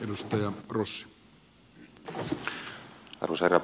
arvoisa herra puhemies